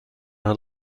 her